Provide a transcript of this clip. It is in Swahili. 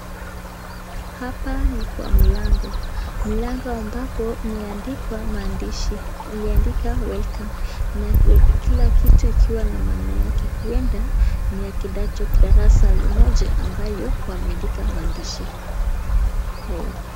Hapa ni Kwa mlango , mlango ambapo imeandikwa mandishi aliandika welcome na kila kitu ikiwa na maana yake huendni ya kidato darasani ni moja ambayo wameandika mandishi haya.